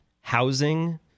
housing